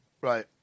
Right